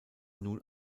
nun